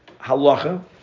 Halacha